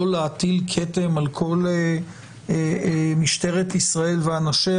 לא להטיל כתם על כל משטרת ישראל ואנשיה.